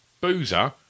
Boozer